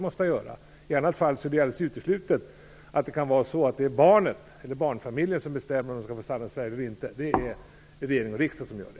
Det är alldeles uteslutet att barnet eller barnfamiljen bestämmer om de skall få stanna i Sverige eller inte. Det är regering och riksdag som gör det.